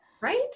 right